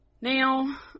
now